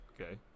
Okay